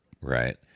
right